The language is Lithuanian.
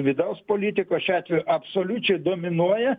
vidaus politikos šiuo atveju absoliučiai dominuoja